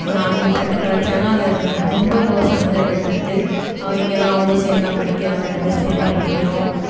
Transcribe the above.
நாலஞ்சு ஃப்ரெண்டு கிடச்சாங்க அதில் ரொம்ப க்ளோஸானது ரெண்டு ஃப்ரெண்டு அவள் இங்கேதான் அவளும் சேர்ந்துதான் படிக்கிறோம் ரெண்டு பேரும் சேர்ந்துதான் படிக்கிறோம்